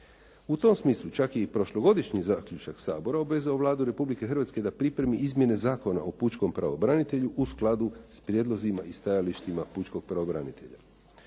U tom smislu, čak i prošlogodišnji zaključak Sabora obvezao Vladu Republike Hrvatske da pripremi izmjene Zakona o Pučkom pravobranitelju u skladu s prijedlozima i stajalištima Pučkog pravobranitelja.